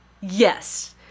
yes